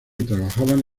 trabajaban